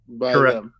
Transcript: Correct